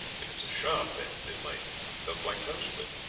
if it is a sharp bend it might go quite close to it.